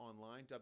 online